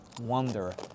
wonder